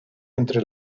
entre